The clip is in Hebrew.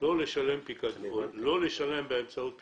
לא לשלם באמצעות פיקדון,